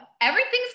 everything's